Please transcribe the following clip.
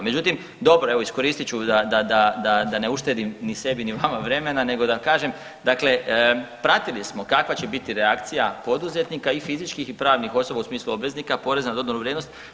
Međutim, dobro evo iskoristit ću da ne uštedim ni sebi ni vama vremena nego da kažem, dakle pratili smo kakva će biti reakcija poduzetnika i fizičkih i pravnih osoba u smislu obveznika poreza na dodanu vrijednost.